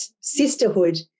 sisterhood